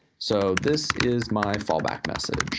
so this is my fall back message.